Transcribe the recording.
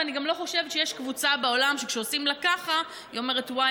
ואני גם לא חושבת שיש קבוצה בעולם שכשעושים לה ככה היא אומרת: וואי,